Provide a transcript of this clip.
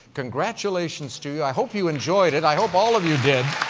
congratulations to you. i hope you enjoyed it. i hope all of you did.